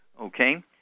Okay